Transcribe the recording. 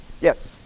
Yes